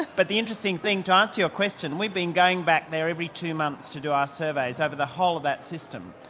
but the interesting thing, to answer your question, we've been going back there every two months to do our surveys over the whole of that system,